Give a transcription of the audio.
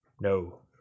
No